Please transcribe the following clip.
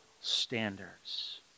standards